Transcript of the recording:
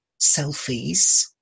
selfies